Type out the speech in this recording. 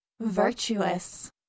virtuous